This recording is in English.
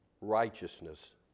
righteousness